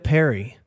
Perry